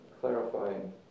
clarifying